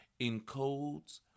encodes